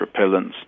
repellents